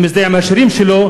אני מזדהה עם השירים שלו,